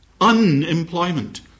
unemployment